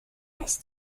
last